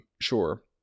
Sure